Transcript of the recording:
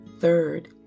Third